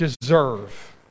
deserve